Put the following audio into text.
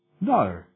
No